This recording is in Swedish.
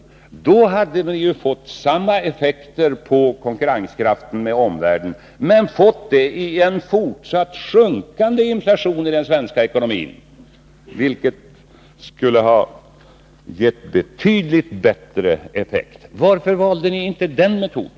Då hade ni ju fått samma effekter på konkurrenskraften gentemot omvärlden, men vid en fortsatt sjunkande inflation i den svenska ekonomin, vilket skulle ha gett betydligt bättre resultat. Varför valde ni inte den metoden?